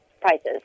prices